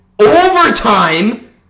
overtime